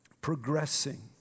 progressing